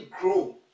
grow